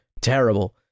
terrible